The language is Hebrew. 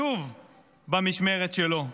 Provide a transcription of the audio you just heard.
שוב במשמרת שלו,